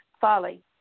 folly